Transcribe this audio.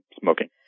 smoking